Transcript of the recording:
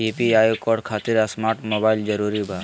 UPI code खातिर smart mobile जरूरी बा?